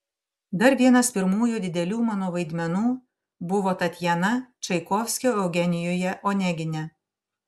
dar vienas pirmųjų didelių mano vaidmenų buvo tatjana čaikovskio eugenijuje onegine